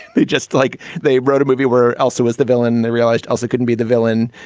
they just like they wrote a movie where elsa was the villain and they realized elsa couldn't be the villain.